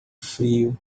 frio